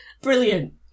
brilliant